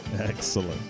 Excellent